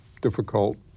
difficult